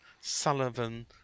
Sullivan